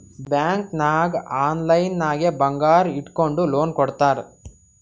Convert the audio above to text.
bank ನಾಗ್ online ನಾಗೆ ಬಂಗಾರ್ ಇಟ್ಗೊಂಡು ಲೋನ್ ಕೊಡ್ತಾರ್